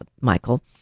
Michael